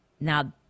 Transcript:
Now